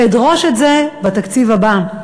אדרוש את זה בתקציב הבא.